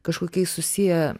kažkokiais susiję